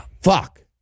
Fuck